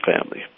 family